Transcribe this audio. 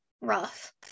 rough